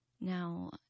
Now